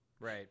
right